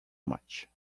much